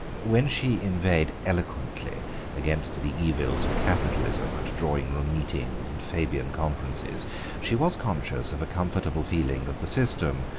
when she inveighed eloquently against the evils of capitalism at drawing-room meetings and fabian conferences she was conscious of a comfortable feeling that the system,